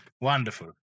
Wonderful